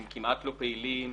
אם הלקוח פונה,